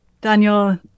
Daniel